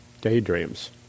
daydreams